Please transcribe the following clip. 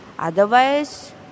Otherwise